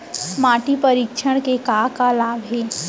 माटी परीक्षण के का का लाभ हे?